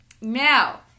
Now